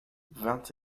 vingt